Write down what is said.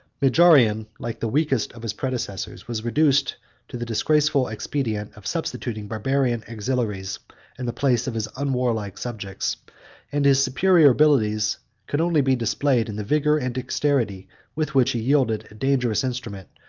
majorian, like the weakest of his predecessors, was reduced to the disgraceful expedient of substituting barbarian auxiliaries in the place of his unwarlike subjects and his superior abilities could only be displayed in the vigor and dexterity with which he wielded a dangerous instrument,